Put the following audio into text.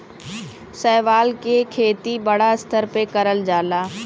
शैवाल के खेती बड़ा स्तर पे करल जाला